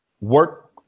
work